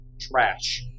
Trash